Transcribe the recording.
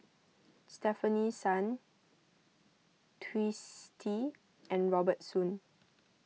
Stefanie Sun Twisstii and Robert Soon